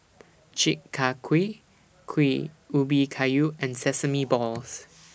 Chi Kak Kuih Kuih Ubi Kayu and Sesame Balls